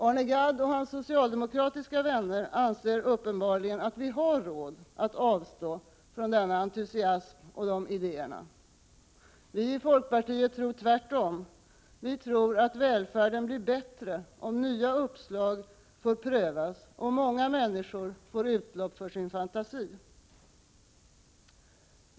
Arne Gadd och hans socialdemokratiska vänner anser uppenbarligen att vi har råd att avstå från denna entusiasm och dessa idéer. Vi i folkpartiet tror tvärtom, vi tror att välfärden blir bättre, om nya uppslag får prövas och många människor får utlopp för sin fantasi.